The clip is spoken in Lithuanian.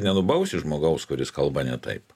nenubausi žmogaus kuris kalba ne taip